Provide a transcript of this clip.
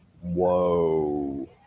Whoa